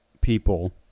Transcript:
people